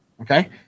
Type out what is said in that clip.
Okay